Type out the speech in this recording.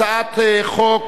הצעת חוק